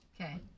Okay